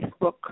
Facebook